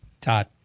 Todd